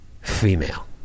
female